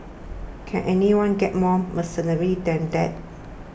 can anyone get more mercenary than that